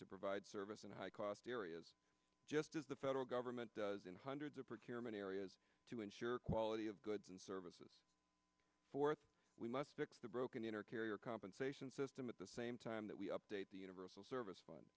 to provide service and high cost areas just as the federal government does in hundreds of her care many areas to ensure quality of goods and services for we must fix the broken in our carrier compensation system at the same time that we update the universal service fun